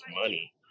money